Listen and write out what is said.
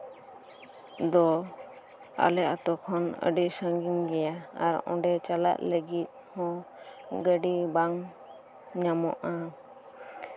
ᱫᱚ ᱟᱞᱮ ᱟᱛᱳ ᱠᱷᱚᱱ ᱟᱹᱰᱤ ᱥᱟᱹᱜᱤᱧ ᱜᱮᱭᱟ ᱟᱨ ᱚᱸᱰᱮ ᱪᱟᱞᱟᱜ ᱞᱟᱹᱜᱤᱫ ᱦᱚᱸ ᱜᱟᱹᱰᱤ ᱵᱟᱝ ᱧᱟᱢᱚᱜᱼᱟ